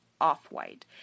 off-white